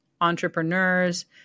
entrepreneurs